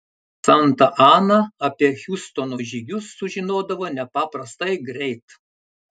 santa ana apie hiustono žygius sužinodavo nepaprastai greit